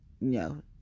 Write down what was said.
No